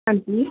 ਹਾਂਜੀ